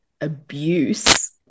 abuse